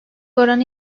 oranı